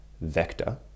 vector